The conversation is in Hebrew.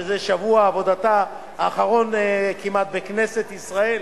שזה שבוע עבודתה האחרון כמעט בכנסת ישראל,